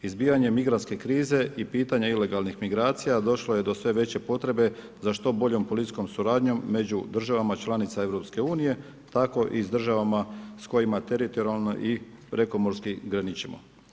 Izbijanje migrantske krize i pitanje ilegalnih migracija došlo je do sve veće potrebe za što boljom policijskom suradnjom među državama članica EU, tako i s državama s kojima teritorijalno i prekomorsko graničimo.